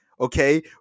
okay